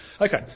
Okay